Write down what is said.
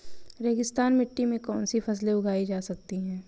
रेगिस्तानी मिट्टी में कौनसी फसलें उगाई जा सकती हैं?